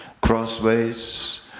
Crossways